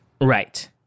Right